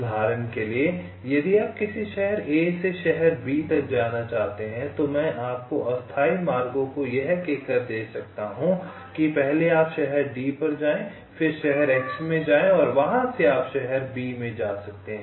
उदाहरण के लिए यदि आप किसी शहर a से शहर b तक जाना चाहते हैं तो मैं आपके अस्थायी मार्गों को यह कहकर दे सकता हूं कि आप पहले शहर d पर जाएं फिर शहर x में जाएं वहां से आप शहर b में जा सकते हैं